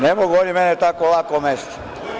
Ne mogu oni mene tako lako omesti.